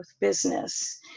business